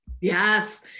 Yes